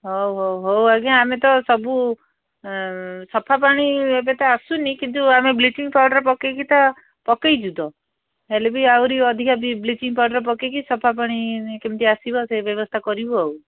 ହଉ ହଉ ହଉ ଆଜ୍ଞା ଆମେ ତ ସବୁ ସଫା ପାଣି ଏବେ ତ ଆସୁନି କିନ୍ତୁ ଆମେ ବ୍ଲିଚିଂ ପାଉଡ଼ର୍ ପକେଇକି ତ ପକେଇଛୁ ତ ହେଲେ ବି ଆହୁରି ଅଧିକା ବ୍ଲିଚିଂ ପାଉଡ଼ର୍ ପକେଇକି ସଫା ପାଣି କେମିତି ଆସିବ ସେ ବ୍ୟବସ୍ଥା କରିବୁ ଆଉ